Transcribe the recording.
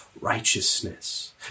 righteousness